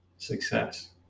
success